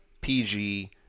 PG